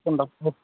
ఉంటాం ఓకే